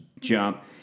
jump